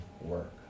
work